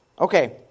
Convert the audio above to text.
Okay